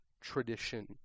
tradition